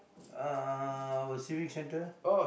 uh our civics center